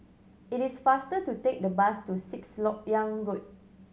it is faster to take the bus to Sixth Lok Yang Road